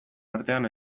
artean